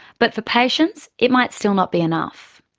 but for patients it might still not be enough.